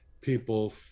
people